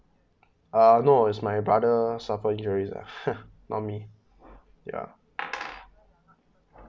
uh no is my brother suffer injuries uh not me ya